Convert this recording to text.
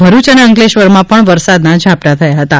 ભરૂચ અને અંકલેશ્વરમાં પણ વરસાદનાં ઝાપટાં થયા હતાં